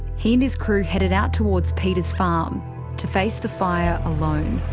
he and his crew headed out towards peter's farm to face the fire alone.